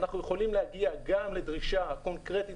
אנחנו יכולים להגיע גם לדרישה קונקרטית